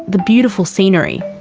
the beautiful scenery.